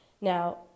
Now